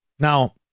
Now